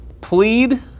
plead